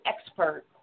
expert